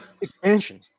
expansion